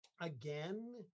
again